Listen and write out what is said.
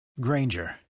Granger